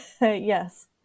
Yes